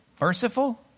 merciful